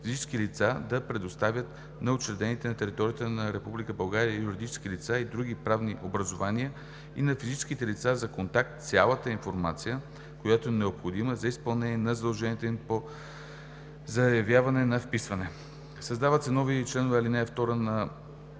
да предоставят на учредените на територията на Република България юридически лица и други правни образувания и на физическите лица за контакт цялата информация, която е необходима, за изпълнение на задълженията им по заявяване на вписване. Създават се нови точки в ал. 2 на